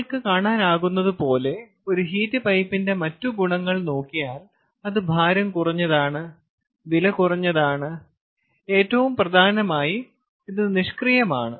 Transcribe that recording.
നിങ്ങൾക്ക് കാണാനാകുന്നതുപോലെ ഒരു ഹീറ്റ് പൈപ്പിന്റെ മറ്റ് ഗുണങ്ങൾ നോക്കിയാൽ അത് ഭാരം കുറഞ്ഞതാണ് വിലകുറഞ്ഞതാണ് ഏറ്റവും പ്രധാനമായി ഇത് നിഷ്ക്രിയമാണ്